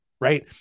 Right